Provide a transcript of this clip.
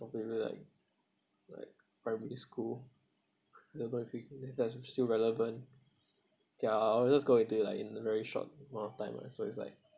we were like like primary school still relevant diao I will just go and do like in a very short amount of time lah so it's like